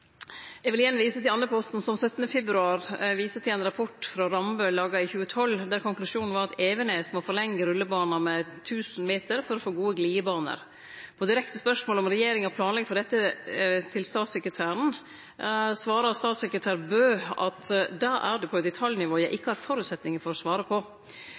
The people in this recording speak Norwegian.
Eg takkar for svaret. Eg vil gjerne vise til Andøyposten, som 17. februar viser til ein rapport frå Rambøll laga i 2012, der konklusjonen var at Evenes må forlengje rullebanen med 1 000 meter for å få gode glidebanar. På direkte spørsmål til statssekretæren om regjeringa planlegg for dette, svarte statssekretær Bø at da «er du på et detaljnivå jeg ikke har forutsetninger for å svare på».